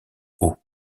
haut